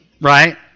Right